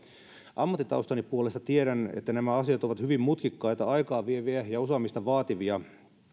ammattitaustani puolesta tiedän että nämä asiat ovat hyvin mutkikkaita aikaa vieviä ja osaamista vaativia